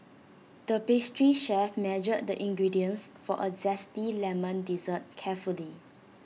the pastry chef measured the ingredients for A Zesty Lemon Dessert carefully